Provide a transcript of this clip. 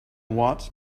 what